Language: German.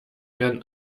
werden